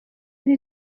yari